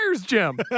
Jim